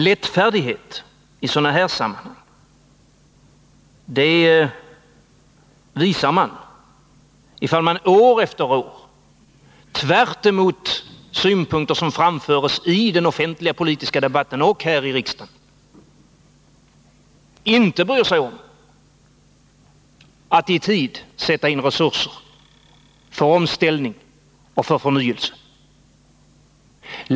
Lättfärdighet i sådana här sammanhang, det visar man ifall man år efter år, tvärtemot synpunkter som framförs i den offentliga politiska debatten här i riksdagen, inte bryr sig om att i tid sätta in resurser för omställning och för förnyelse.